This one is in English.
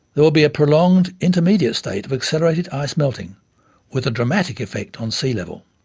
there will be a prolonged intermediate state of accelerated ice melting with a dramatic effect on sea level.